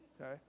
okay